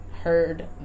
heard